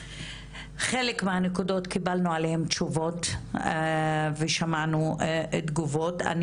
חלק מהנקודות קיבלנו עליהם תשובות ושמענו תגובות,